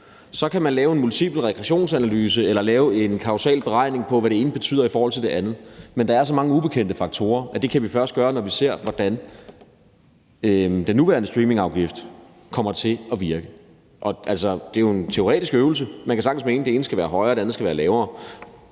Så kan man lave en multipel regressionsanalyse eller lave en kausal beregning på, hvad det ene betyder i forhold til det andet, men der er så mange ubekendte faktorer, at det kan vi først gøre, når vi ser, hvordan den nuværende streamingafgift kommer til at virke. Altså, det er jo en teoretisk øvelse, og man kan sagtens mene, at det ene skal være højere, og at det andet skal være lavere.